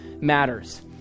matters